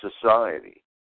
society